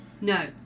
No